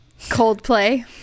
Coldplay